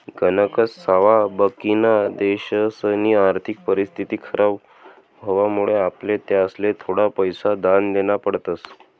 गणकच सावा बाकिना देशसनी आर्थिक परिस्थिती खराब व्हवामुळे आपले त्यासले थोडा पैसा दान देना पडतस